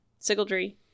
Sigildry